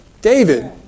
David